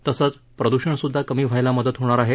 तसंच प्रदूषण सुध्दा कमी व्हायला मदत होणार आहे